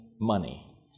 money